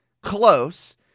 Close